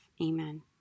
Amen